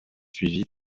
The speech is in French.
suivi